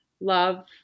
love